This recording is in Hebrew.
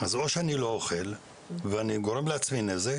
אז או שאני לא אוכל ואני גורם לעצמי נזק,